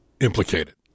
implicated